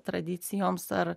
tradicijoms ar